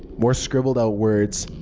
more scribbled out words.